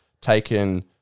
taken